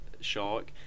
shark